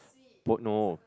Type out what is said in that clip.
po~ no